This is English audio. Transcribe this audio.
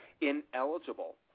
ineligible